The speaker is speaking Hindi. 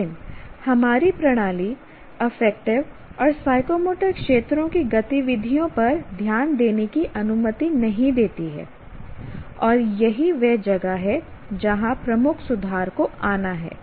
लेकिन हमारी प्रणाली अफेक्टिव और साइकोमोटर क्षेत्रों की गतिविधियों पर ध्यान देने की अनुमति नहीं देती है और यही वह जगह है जहां प्रमुख सुधार को आना है